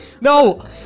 No